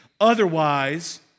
Otherwise